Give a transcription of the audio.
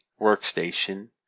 workstation